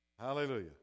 Hallelujah